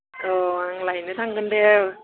अ आं लायनो थांगोन दे